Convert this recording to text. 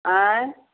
आएँ